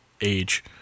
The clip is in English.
age